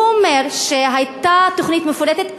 הוא אומר שהייתה תוכנית מפורטת.